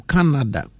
Canada